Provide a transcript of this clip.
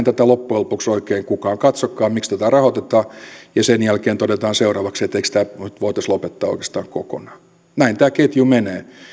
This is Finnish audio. tätä loppujen lopuksi oikein kukaan katsokaan miksi tätä rahoitetaan ja sen jälkeen todetaan seuraavaksi että eikö tämä voitaisi lopettaa oikeastaan kokonaan näin tämä ketju menee